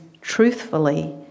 truthfully